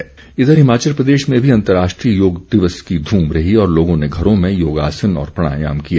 हिमाचल योग इधर हिमाचल प्रदेश में भी अंतर्राष्ट्रीय योग दिवस की ध्म रही और लोगों ने घरों में योगासन और प्राणायाम किए